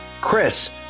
Chris